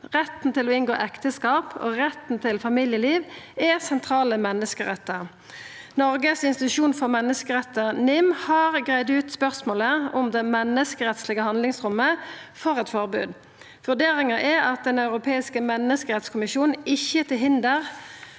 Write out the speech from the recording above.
Retten til å inngå ekteskap og retten til familieliv er sentrale menneskerettar. Noregs institusjon for menneskerettar, NIM, har greidd ut spørsmålet om det menneskerettslege handlingsrommet for eit forbod. Vurderinga er at den europeiske menneskerettskonvensjonen ikkje er til hinder